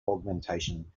augmentation